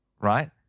right